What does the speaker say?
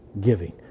giving